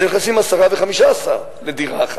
אז הם נכנסים 10 ו-15 לדירה אחת,